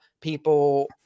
people